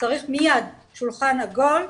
צריך מיד שולחן עגול,